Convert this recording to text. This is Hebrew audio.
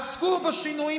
עסקו בשינויים